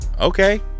Okay